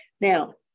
Now